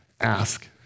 ask